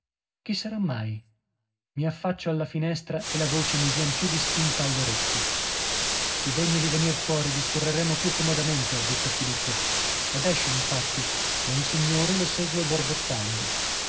chi sarà mai mi affaccio alla finestra e la voce mi vien più distinta all'orecchio si degni di venir fuori discorreremo più comodamente ha detto filippo ed esce infatti e un signore lo segue borbottando